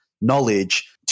knowledge